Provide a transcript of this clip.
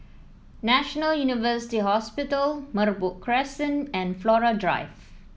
National University Hospital Merbok Crescent and Flora Drive